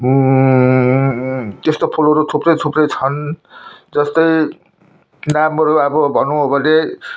त्यस्तो फुलहरू थुप्रै थुप्रै छन् जस्तै राम्रो अब भन्नु हो भने